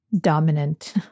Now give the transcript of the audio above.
dominant